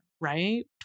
right